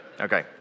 Okay